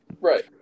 Right